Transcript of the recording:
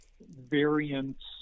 variants